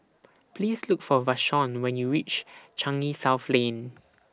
Please Look For Vashon when YOU REACH Changi South Lane